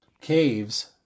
caves